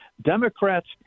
Democrats